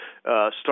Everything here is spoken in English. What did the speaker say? start